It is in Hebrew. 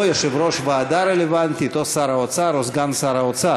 או יושב-ראש ועדה רלוונטית או שר האוצר או סגן שר האוצר